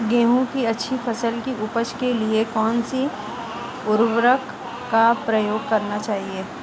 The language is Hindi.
गेहूँ की अच्छी फसल की उपज के लिए कौनसी उर्वरक का प्रयोग करना चाहिए?